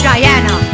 Diana